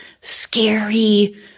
scary